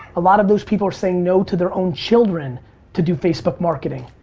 a lot of those people are saying no to their own children to do facebook marketing,